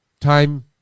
time